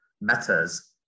matters